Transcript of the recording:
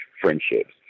friendships